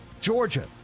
Georgia